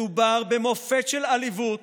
מדובר במופת של עליבות